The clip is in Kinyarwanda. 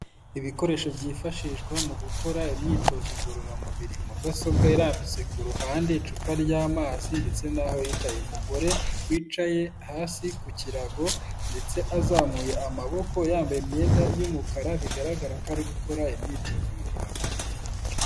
Ibikoresho byifashishwa mu gukora imyitozo ngororamubiri, mudasobwa irambitse ku ruhande, icupa ry'amazi ndetse naho yicaye, umugore wicaye hasi ku kirago ndetse azamuye amaboko yambaye imyenda y'umukara bigaragara ko ari gukora imyitozo ngororamubiri.